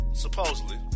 Supposedly